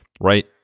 right